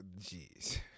Jeez